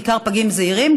בעיקר פגים זעירים,